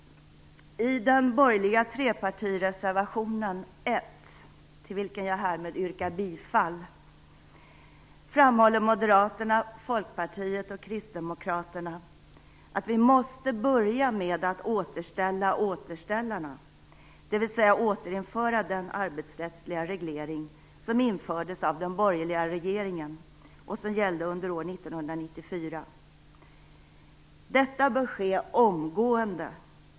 I den borgerliga trepartireservationen nr 1, till vilken jag härmed yrkar bifall, framhåller Moderaterna, Folkpartiet och Kristdemokraterna att vi måste börja med att återställa återställarna, dvs. återinföra den arbetsrättsliga reglering som infördes av den borgerliga regeringen och som gällde under år 1994. Detta bör ske omgående.